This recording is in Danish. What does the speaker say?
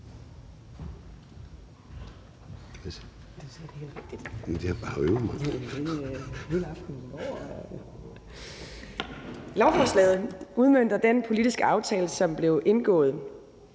Lovforslaget udmønter den politiske aftale, som blev indgået